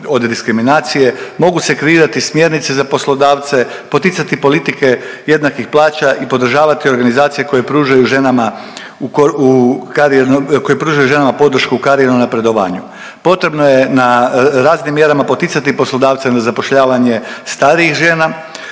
od diskriminacije, mogu se kreirati smjernice za poslodavce, poticati politike jednakih plaća i podržavati organizacije koje pružaju ženama podršku u karijernom napredovanju. Potrebno je na raznim mjerama poticati poslodavce na zapošljavanje starijih žena